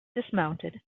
dismounted